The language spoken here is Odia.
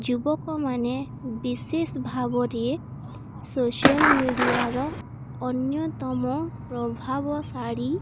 ଯୁବକମାନେ ବିଶେଷ ଭାବରେ ସୋସିଆଲ୍ ମିଡ଼ିଆର ଅନ୍ୟତମ ପ୍ରଭାବଶାଳୀ